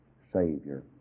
Savior